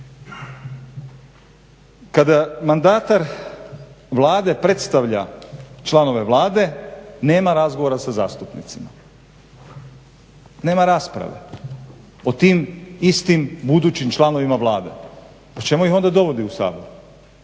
Kada mandatar Vlade predstavlja članove Vlade nema razgovora sa zastupnicima, nema rasprave o tim istim budućim članovima Vlade. Pa čemu ih onda dovodi u Sabor?